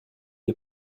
est